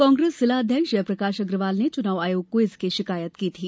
कांग्रेस जिला अध्यक्ष जयप्रकाश अग्रवाल ने चुनाव आयोग को इसकी शिकायत की थी